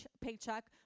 paycheck